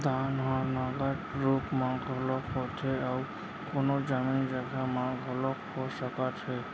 दान ह नगद रुप म घलोक होथे अउ कोनो जमीन जघा म घलोक हो सकत हे